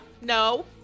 No